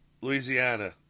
Louisiana